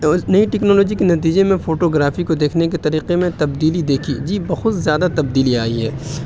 تو نئی ٹیکنالوجی کے نتیجے میں فوٹوگرافی کو دیکھنے کے طریقے میں تبدیلی دیکھی جی بہت زیادہ تبدیلی آئی ہے